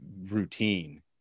routine